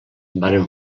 varen